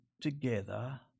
together